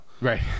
Right